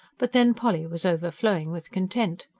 but then polly was overflowing with content.